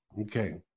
Okay